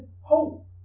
hope